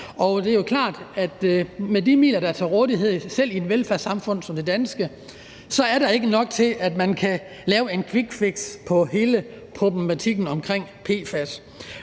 Det er klart, at med de midler, der er til rådighed, selv i et velfærdssamfund som det danske, er der ikke nok til, at man kan lave et quickfix i forhold til hele problematikken omkring PFAS.